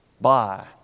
Bye